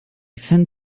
send